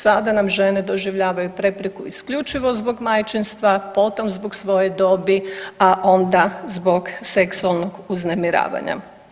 Sada nam žene doživljavaju prepreku isključivo zbog majčinstva, potom zbog svoje dobi, a onda zbog seksualnog uznemiravanja.